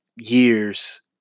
years